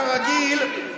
כרגיל,